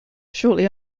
shortly